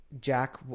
jack